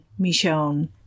Michonne